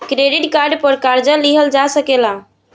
credit card पर कर्जा लिहल जा सकेला